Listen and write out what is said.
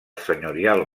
senyorial